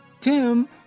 Tim